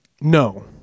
No